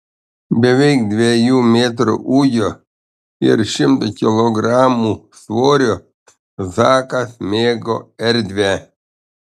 beveik dviejų metrų ūgio ir šimto kilogramų svorio zakas mėgo erdvę